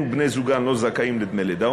הן ובני-זוגן לא זכאים לדמי לידה,